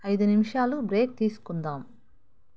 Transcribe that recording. ఐదు నిమిషాలు బ్రేక్ తీసుకుందాం